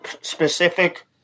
specific